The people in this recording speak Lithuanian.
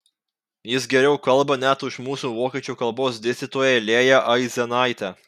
jis geriau kalba net už mūsų vokiečių kalbos dėstytoją lėją aizenaitę